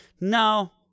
No